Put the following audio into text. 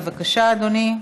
בבקשה, אדוני.